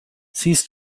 siehst